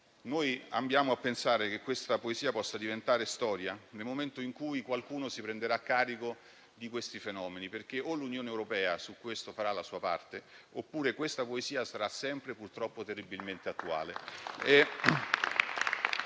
Noi ambiamo a pensare che questa poesia possa diventare storia, nel momento in cui qualcuno se ne prenderà carico, perché o l'Unione europea su questo farà la sua parte, oppure questa poesia sarà sempre, purtroppo, terribilmente attuale